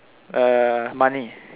err money